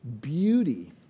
Beauty